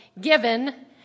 given